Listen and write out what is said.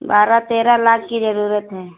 बारह तेरह लाख की जरूरत है